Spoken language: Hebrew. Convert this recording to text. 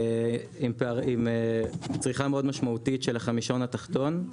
עם צריכה מאוד משמעותית של החמישון התחתון,